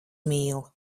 mīl